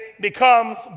becomes